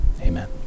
Amen